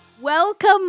Welcome